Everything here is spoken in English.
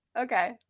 Okay